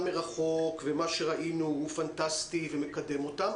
מרחוק ומה שראינו זה פנטסטי ומקדם אותם.